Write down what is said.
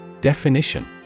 Definition